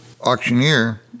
auctioneer